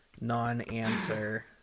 non-answer